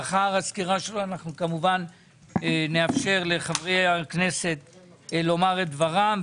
לאחר הסקירה שלו אנחנו כמובן נאפשר לחברי הכנסת לומר את דברם,